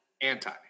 Anti